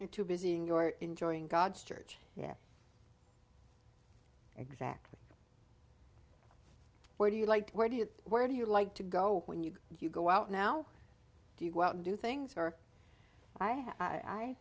into busying your enjoying god's church yeah exactly where do you like where do you where do you like to go when you go you go out now do you go out and do things or i